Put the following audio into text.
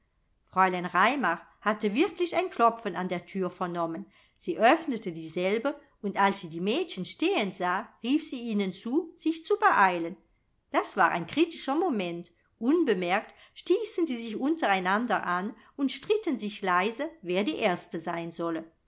fräulein raimar hatte wirklich ein klopfen an der thür vernommen sie öffnete dieselbe und als sie die mädchen stehen sah rief sie ihnen zu sich zu beeilen das war ein kritischer moment unbemerkt stießen sie sich untereinander an und stritten sich leise wer die erste sein solle